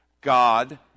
God